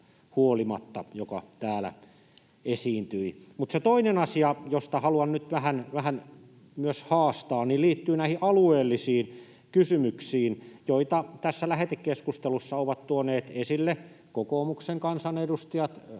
soraäänestä, joka täällä esiintyi. Se toinen asia, josta haluan nyt vähän myös haastaa, liittyy näihin alueellisiin kysymyksiin, joita tässä lähetekeskustelussa ovat tuoneet esille kokoomuksen kansanedustajat,